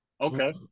Okay